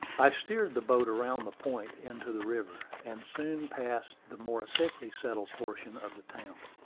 i steered the boat around the point into the river, and soon passed the more thickly settled portion of the town.